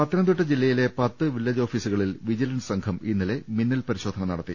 പത്തനംതിട്ട ജില്ലയിലെ പത്ത് വില്ലേജ് ഓഫീസുക ളിൽ വിജിലൻസ് സംഘം ഇന്നലെ മിന്നൽ പരിശോധന നടത്തി